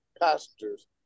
passengers